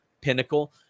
pinnacle